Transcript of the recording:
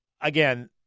again